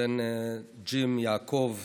בן ג'ים יעקב,